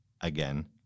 again